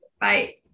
Bye